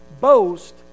boast